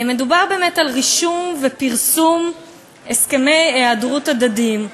מדובר על רישום ופרסום של הסכמי היעדרות הדדיים.